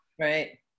Right